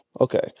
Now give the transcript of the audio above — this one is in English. Okay